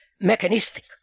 mechanistic